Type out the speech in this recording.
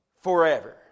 forever